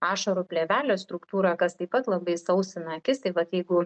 ašarų plėvelės struktūra kas taip pat labai sausina akis tai vat jeigu